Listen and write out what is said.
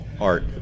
art